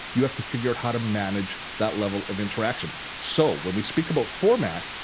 you have to figure out how to manage that level of interaction. so when we speak about format,